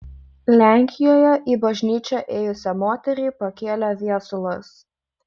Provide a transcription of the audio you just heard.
lenkijoje į bažnyčią ėjusią moterį pakėlė viesulas